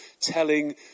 telling